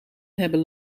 hebben